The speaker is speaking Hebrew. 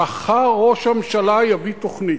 "מחר ראש הממשלה יביא תוכנית"